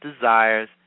desires